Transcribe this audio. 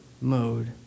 mode